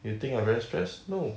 you think I very stress no